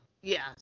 yes